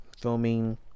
filming